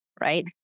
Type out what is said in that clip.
right